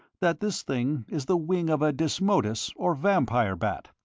that this thing is the wing of a desmodus or vampire bat.